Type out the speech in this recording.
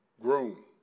groom